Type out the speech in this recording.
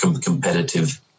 competitive